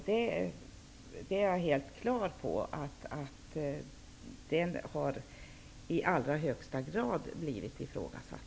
Jag är helt klar över att den behandlingen i allra högsta grad är ifrågasatt.